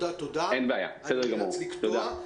אני נאלץ לקטוע.